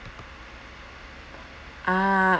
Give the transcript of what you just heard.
ah